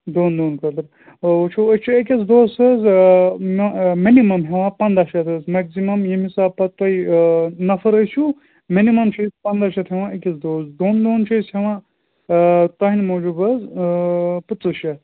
دۄن دۄہَن خٲطرٕ وۅنۍ وُچھو أسۍ چھِ أکِس دۄہَس حظ مینِمَم ہٮ۪وان پَنٛداہ شیٚتھ حظ میکزِمَم ییٚمہِ حِسابہٕ پَتہٕ تۄہہِ نَفر ٲسِو مینِمَم چھِ أسۍ پَنٛداہ شیٚتھ ہٮ۪وان أکِس دۄہَس دۄن دۄہَن چھِ أسۍ ہٮ۪وان تٔہٕنٛدِ موٗجوٗب حظ پٕنٛژٕ شَتھ